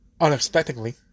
unexpectedly